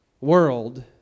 world